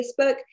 Facebook